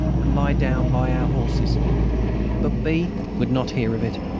and lie down by our horses but b. would not hear of it,